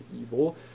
evil